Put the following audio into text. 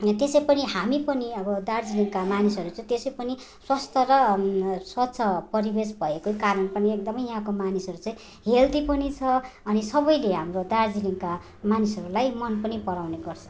त्यसै पनि हामी पनि अब दार्जिलिङका मानिसहरू चाहिँ त्यसै पनि स्वस्थ र स्वच्छ परिवेश भएकै कारण पनि एकदमै यहाँको मानिसहरू चाहिँ हेल्दी पनि छ अनि सबैले हाम्रो दार्जिलिङका मानिसहरूलाई मन पनि पराउने गर्छ